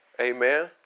Amen